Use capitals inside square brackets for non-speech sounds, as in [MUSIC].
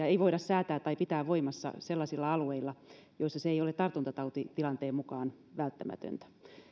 [UNINTELLIGIBLE] ei voida säätää tai pitää voimassa sellaisilla alueilla joissa se ei ole tartuntatautitilanteen mukaan välttämätöntä